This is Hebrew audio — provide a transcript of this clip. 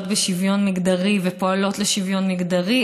בשוויון מגדרי ופועלות לשוויון מגדרי,